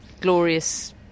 glorious